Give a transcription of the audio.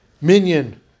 minion